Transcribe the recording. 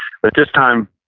but this time,